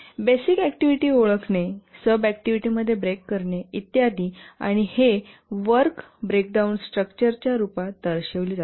तर basic activity ओळखणे sub activity मध्ये ब्रेक करणे इत्यादी आणि हे वर्क ब्रेकडाउन स्ट्रक्चर च्या रूपात दर्शविले जाते